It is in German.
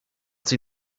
sie